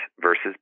versus